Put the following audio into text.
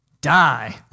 Die